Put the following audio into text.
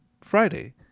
Friday